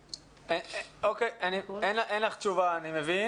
אוקיי, אני מבין